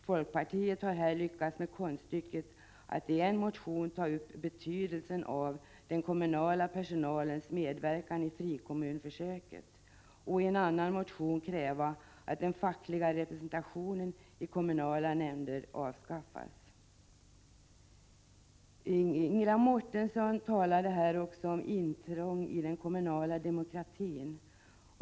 Folkpartiet har här lyckats med konststycket att i en motion ta upp betydelsen av den kommunala personalens medverkan i frikommunsförsöken och i en annan motion kräva att den fackliga representationen i kommunala nämnder avskaffas. Ingela Mårtensson talade om intrång i den kommunala demokratin.